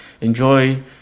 Enjoy